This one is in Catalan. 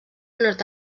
nord